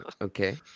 Okay